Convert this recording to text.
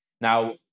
Now